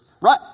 Right